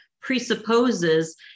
presupposes